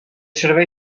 servei